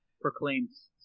proclaims